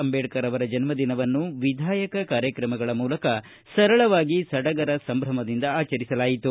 ಅಂಬೇಡ್ಕರ್ ಜನ್ದಿನವನ್ನು ವಿಧಾಯಕ ಕಾರ್ಯಕ್ರಮಗಳ ಮೂಲಕ ಸರಳವಾಗಿ ಸಡಗರ ಸಂಭ್ರಮದಿಂದ ಆಚರಿಸಲಾಯಿತು